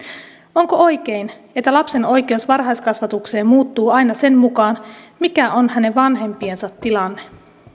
onko oikein että lapsen oikeus varhaiskasvatukseen muuttuu aina sen mukaan mikä on hänen vanhempiensa tilanne